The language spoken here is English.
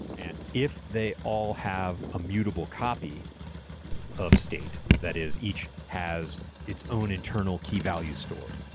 and if they all have a mutable copy of state, that is, each has its own internal key-value store,